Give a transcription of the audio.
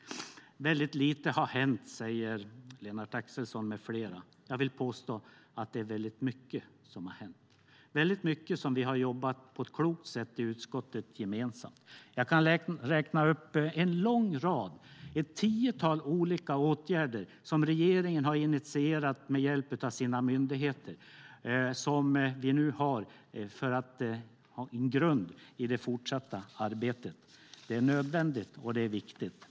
Väldigt lite har hänt, säger Lennart Axelsson med flera. Jag vill påstå att det är väldigt mycket som har hänt och som vi i utskottet har jobbat gemensamt med på ett klokt sätt. Jag kan räkna upp en lång rad, ett tiotal olika åtgärder som regeringen har initierat med hjälp av sina myndigheter. Nu har vi dem som en grund i det fortsatta arbetet, vilket är nödvändigt och viktigt.